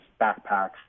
backpacks